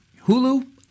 Hulu